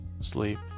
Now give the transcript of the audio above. sleep